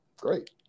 great